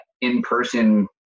in-person